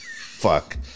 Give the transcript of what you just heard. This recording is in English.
Fuck